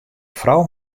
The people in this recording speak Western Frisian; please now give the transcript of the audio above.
frou